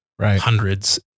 hundreds